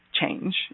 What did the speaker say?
change